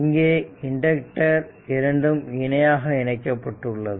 இங்கே இண்டக்டர் இரண்டும் இணையாக இணைக்கப்பட்டுள்ளது